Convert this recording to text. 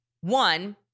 one